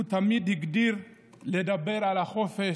תמיד הגדיל לדבר על החופש,